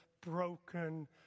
broken